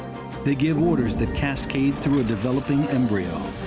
they give orders that cascade through a developing embryo,